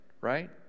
right